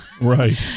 Right